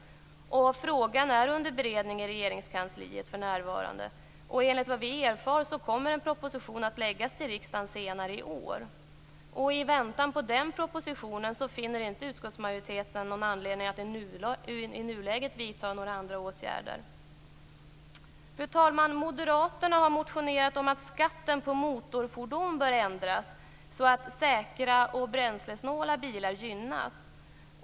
Frågan är under beredning i Regeringskansliet för närvarande, och enligt vad vi erfar kommer en proposition att läggas fram för riksdagen senare i år. I väntan på den propositionen finner utskottsmajoriteten inte någon anledning att i nuläget vidta några åtgärder. Fru talman! Moderaterna har motionerat om att skatten på motorfordon bör ändras så att säkra och bränslesnåla bilar gynnas.